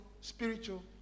spiritual